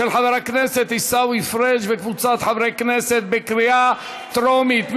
של חבר הכנסת עיסאווי פריג' וקבוצת חברי הכנסת בקריאה טרומית.